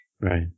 Right